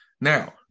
Now